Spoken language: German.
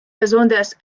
besonders